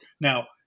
Now